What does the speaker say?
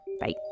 Bye